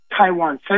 Taiwan